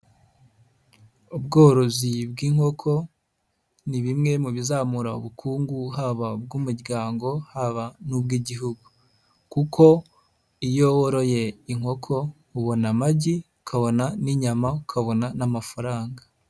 Ubworozi bw'inkoko ni bimwe mu bizamura ubukungu, haba bw'umuryango, haba n'ubw'Igihugu kuko iyo woroye inkoko ubona amagi, ukabona n'inyama, ukabona n'amafaranga.